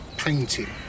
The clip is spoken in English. Painting